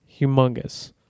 humongous